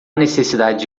necessidade